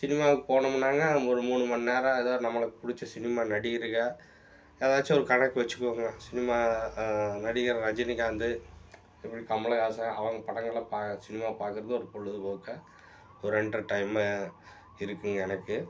சினிமாவுக்கு போனோமுன்னாங்க ஒரு மூணு மணிநேரம் ஏதோ நம்மளுக்கு பிடிச்ச சினிமா நடிகர்கள் ஏதாச்சும் ஒரு கணக்கு வச்சுக்குவோங்க சினிமா நடிகர் ரஜினிகாந்த் அப்புறம் கமலஹாசன் அவங்க படங்களை சினிமா பாக்கிறது ஒரு பொழுதுபோக்காக ஒரு என்ட்ருட்டைமு இருக்கும் எனக்கு